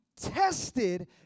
tested